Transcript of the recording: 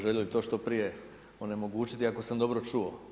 Želim im to što prije onemogućiti, ako sam dobro čuo.